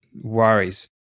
worries